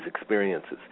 experiences